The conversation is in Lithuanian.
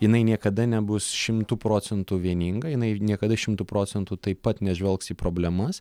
jinai niekada nebus šimtu procentų vieninga jinai ir niekada šimtu procentų taip pat nežvelgs į problemas